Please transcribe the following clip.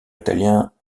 italien